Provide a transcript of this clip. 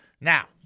Now